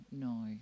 No